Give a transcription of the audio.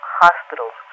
hospitals